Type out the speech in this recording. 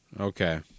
Okay